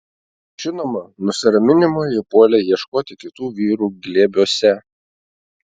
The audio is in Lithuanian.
žinoma nusiraminimo ji puolė ieškoti kitų vyrų glėbiuose